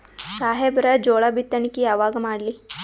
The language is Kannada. ಸಾಹೇಬರ ಜೋಳ ಬಿತ್ತಣಿಕಿ ಯಾವಾಗ ಮಾಡ್ಲಿ?